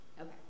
Okay